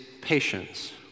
patience